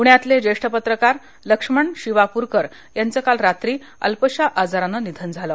प्ण्यातले ज्येष्ठ पत्रकार लक्ष्मण शिवाप्रकर यांचं काल रात्री अल्पशा आजारानं निधन झालं